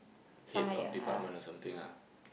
head of department or something ah